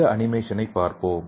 இந்த அனிமேஷனைப் பார்ப்போம்